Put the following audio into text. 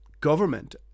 government